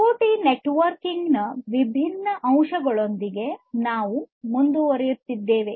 ಐಒಟಿಯಲ್ಲಿ networking ನ ವಿಭಿನ್ನ ಅಂಶಗಳೊಂದಿಗೆ ನಾವು ಮುಂದುವರಿಯುತ್ತೇವೆ